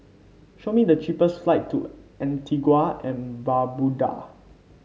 show me the cheapest flight to Antigua and Barbuda